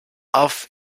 auf